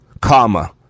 comma